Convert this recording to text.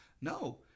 No